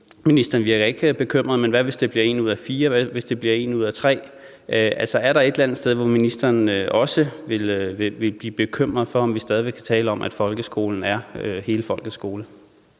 Ministeren virker ikke bekymret, men hvad, hvis det bliver en ud af fire, hvis det bliver en ud af tre? Er der et eller andet sted, hvor ministeren også vil blive bekymret for, om vi stadig væk kan tale om, at folkeskolen er hele folkets skole?